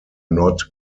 not